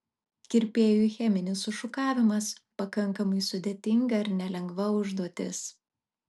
kirpėjui cheminis sušukavimas pakankamai sudėtinga ir nelengva užduotis